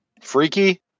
Freaky